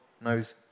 knows